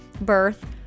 birth